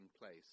place